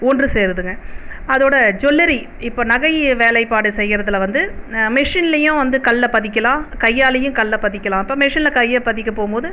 ஒன்று சேருதுங்க அதோட ஜுவல்லரி இப்போ நகை வேலைப்பாடு செய்யறதில் வந்து மெஷின்லையும் வந்து கல்லை பதிக்கலாம் கையாலையும் கல்லை பதிக்கலாம் அப்போ மெஷின்னில் கையை பதிக்க போகுமோது